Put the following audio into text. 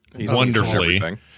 wonderfully